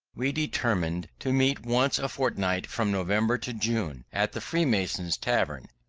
we determined to meet once a fortnight from november to june, at the freemasons' tavern,